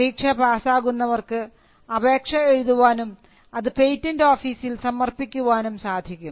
പരീക്ഷ പാസാകുന്നവർക്ക് അപേക്ഷ എഴുതാനും അത് പേറ്റന്റ് ഓഫീസിൽ സമർപ്പിക്കുവാനും സാധിക്കും